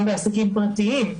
גם בעסקים פרטיים.